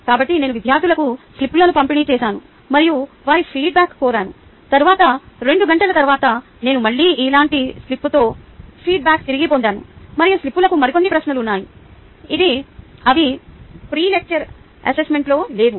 కాబట్టి నేను విద్యార్థులకు స్లిప్లను పంపిణీ చేసాను మరియు వారి ఫీడ్బ్యాక్ కోరాను తరువాత రెండు గంటల తర్వాత నేను మళ్ళీ ఇలాంటి స్లిప్లతో ఫీడ్బ్యాక్ తిరిగి పొందాను మరియు స్లిప్లకు మరికొన్ని ప్రశ్నలు ఉన్నాయి అవి ప్రీ లెక్చర్ అసెస్మెంట్లో లేవు